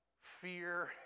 fear